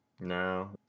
No